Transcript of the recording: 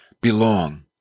belong